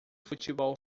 futebol